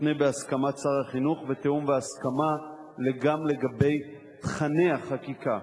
יותנה בהסכמת שר החינוך ובתיאום והסכמה גם לגבי תוכני החקיקה.